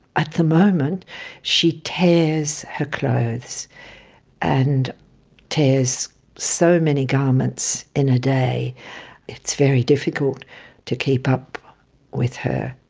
at the moment she tears her clothes and tears so many garments in a day it's very difficult to keep up with her.